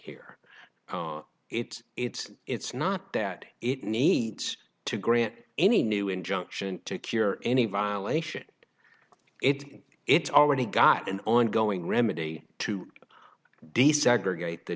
here it's it's it's not that it needs to grant any new injunction to cure any violation it it's already got an ongoing remedy to desegregate the